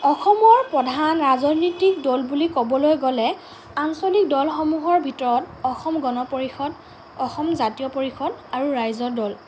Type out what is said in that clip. অসমৰ প্ৰধান ৰাজনৈতিক দল বুলি ক'বলৈ গ'লে আঞ্চলিক দলসমূহৰ ভিতৰত অসম গণ পৰিষদ অসম জাতীয় পৰিষদ আৰু ৰাইজৰ দল